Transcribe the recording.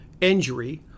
injury